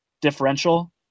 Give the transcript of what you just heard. differential